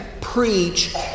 preach